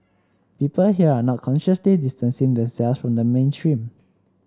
people here are not consciously distancing themselves from the mainstream